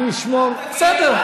אדוני,